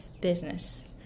business